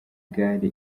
gare